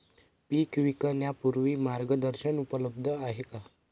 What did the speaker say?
पीक विकण्यापूर्वी मार्गदर्शन उपलब्ध आहे का?